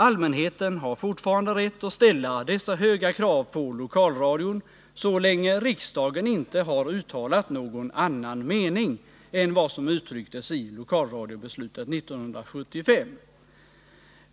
Allmänheten har fortfarande rätt att ställa dessa höga krav på lokalradion, så länge riksdagen inte har uttalat någon annan mening än vad som uttrycktes i lokalradiobeslutet 1975.